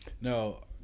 No